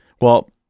Well -